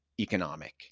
economic